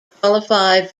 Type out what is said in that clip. qualified